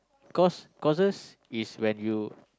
cause courses is when you